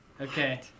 Okay